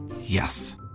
Yes